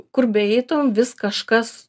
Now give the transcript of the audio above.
kur beeitum vis kažkas